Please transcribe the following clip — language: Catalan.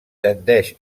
tendeix